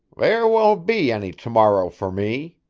there won't be any to-morrow for me,